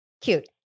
Cute